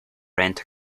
rent